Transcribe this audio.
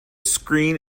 screen